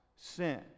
sin